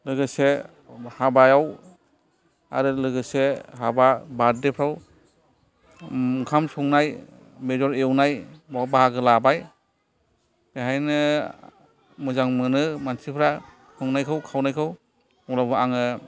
लोगोसे हाबायाव आरो लोगोसे हाबा बारदेफ्राव ओंखाम संनाय बेदर एउनाय बाव बाहागो लाबाय बेहायनो मोजां मोनो मानसिफ्रा संनायखौ खावनायखौ उनाव आङो